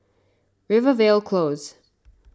Rivervale Close